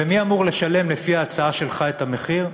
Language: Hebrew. ומי אמור לשלם לפי ההצעה שלך את המחיר?